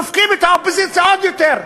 דופקים את האופוזיציה עוד יותר.